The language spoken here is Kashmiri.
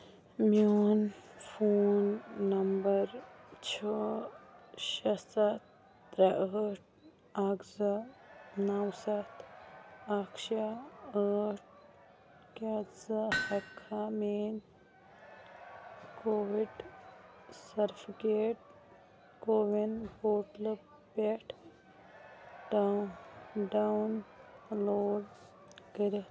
میون فون نمبر چھُ شےٚ سَتھ ترٛےٚ ٲٹھ اکھ زٕ نَو سَتھ اکھ شےٚ ٲٹھ کیٛاہ ژٕ ہٮ۪کہٕ کھا میٛٲنۍ کووِڈ سرفکیٹ کووِن پورٹلہٕ پٮ۪ٹھ ڈاوُن ڈاوُن لوڈ کٔرِتھ